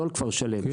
לא על כפר שלם,